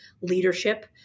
leadership